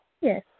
Yes